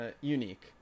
unique